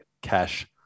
Cash